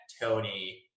Tony